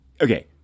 Okay